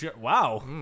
Wow